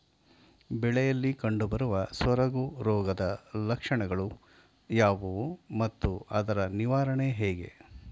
ಬೆಳೆಯಲ್ಲಿ ಕಂಡುಬರುವ ಸೊರಗು ರೋಗದ ಲಕ್ಷಣಗಳು ಯಾವುವು ಮತ್ತು ಅದರ ನಿವಾರಣೆ ಹೇಗೆ?